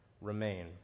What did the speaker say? remain